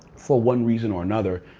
for one reason or another,